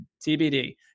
TBD